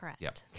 Correct